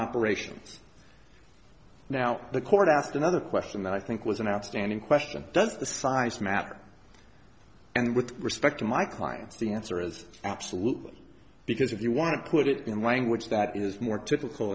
operations now the court asked another question that i think was an outstanding question does the size matter and with respect to my clients the answer is absolutely because if you want to put it in language that is more typical